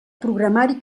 programari